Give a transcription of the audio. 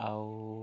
ଆଉ